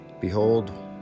Behold